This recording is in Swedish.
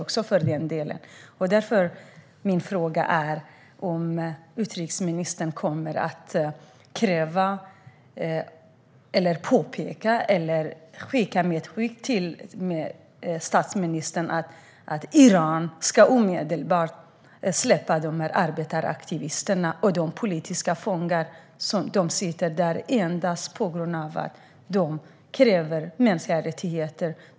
Därför är min fråga om utrikesministern kommer att kräva, påpeka eller göra ett medskick med statsministern om att Iran omedelbart ska släppa de arbetaraktivister och politiska fångar som sitter i fängelse bara för att de kräver mänskliga rättigheter.